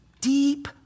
deep